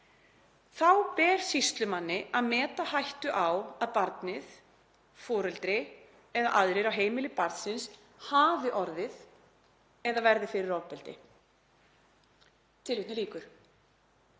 Þá ber sýslumanni að meta hættu á að barnið, foreldri eða aðrir á heimili barnsins hafi orðið eða verði fyrir ofbeldi …“ Löggjafinn